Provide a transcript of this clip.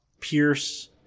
Pierce